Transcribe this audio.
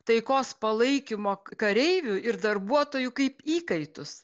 taikos palaikymo kareivių ir darbuotojų kaip įkaitus